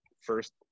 first